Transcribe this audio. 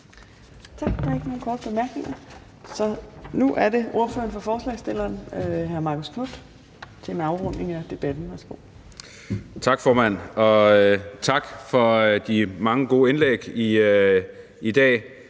tak for de mange gode indlæg i dag.